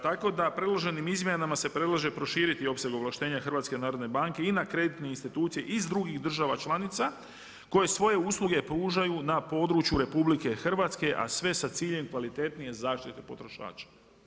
Tako da predloženim izmjenama se predlaže proširiti opseg ovlaštenja HNB-a i na kreditne institucije iz drugih država članica koje svoje usluge pružaju na području RH, a sve sa ciljem kvalitetnije zaštite potrošača.